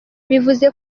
bivuze